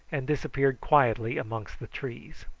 and disappeared quietly amongst the trees.